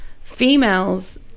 females